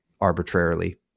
arbitrarily